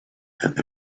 and